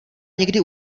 někdy